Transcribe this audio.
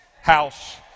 house